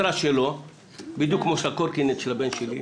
שלו הוא בדיוק כמו של הקורקינט של הבן שלי.